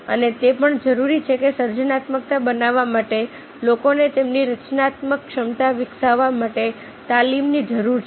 અને તે પણ જરૂરી છે કે સર્જનાત્મકતા બનાવવા માટે લોકોને તેમની રચનાત્મક ક્ષમતા વિકસાવવા માટે તાલીમની જરૂર છે